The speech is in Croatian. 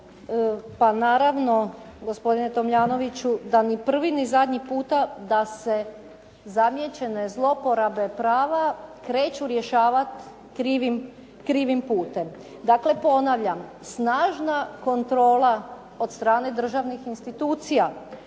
Pa naravno, gospodine Tomljanoviću da ni prvi ni zadnji puta da se zamijećene zlouporabe prava kreću rješavati krivim putem. Dakle, ponavljam, snažna kontrola od strane državnih institucija